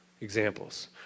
examples